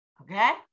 Okay